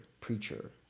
preacher